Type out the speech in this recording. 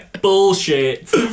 Bullshit